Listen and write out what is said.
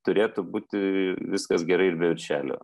turėtų būti viskas gerai ir be viršelio